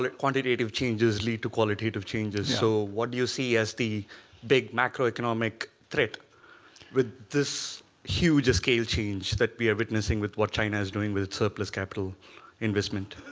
quantitative changes lead to qualitative changes. so what do you see as the big macroeconomic threat with this huge scale change that we are witnessing with what china is doing with surplus capital investment?